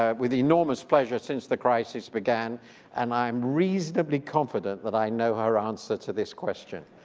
ah with enormous pleasure since the crisis began and i'm reasonably confident that i know her answer to this question.